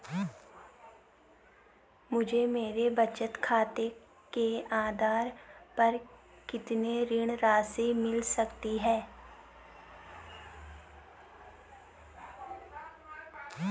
मुझे मेरे बचत खाते के आधार पर कितनी ऋण राशि मिल सकती है?